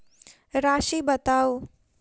राशि बताउ